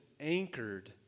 anchored